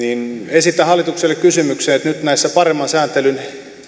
esitänkin hallitukselle kysymyksen olisitteko valmis paremman sääntelyn